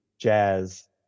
jazz